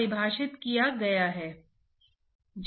यह उदाहरण के लिए एक झिल्ली की तरह हो सकता है